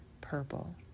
purple